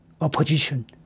opposition